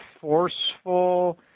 forceful